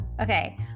okay